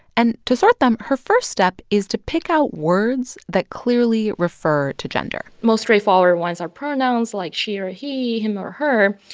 and to sort them, her first step is to pick out words that clearly refer to gender most straightforward ones are pronouns, like she or he, him or her.